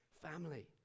family